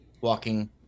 walking